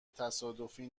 تصادفی